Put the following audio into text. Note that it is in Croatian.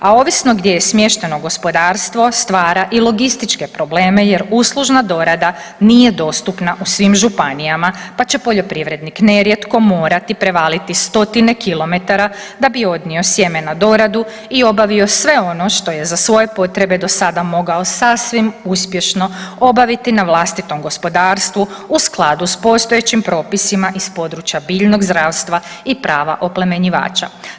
A ovisno gdje je smješteno gospodarstvo stvara i logističke probleme, jer uslužna dorada nije dostupna u svim županijama, pa će poljoprivrednik nerijetko morati prevaliti stotine kilometara da bi odnio sjeme na doradu i obavio sve ono što je za svoje potrebe do sada mogao sasvim uspješno obaviti na vlastitom gospodarstvu u skladu sa postojećim propisima iz područja biljnog zdravstva i prava oplemenjivača.